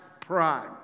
pride